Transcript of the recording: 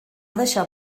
deixar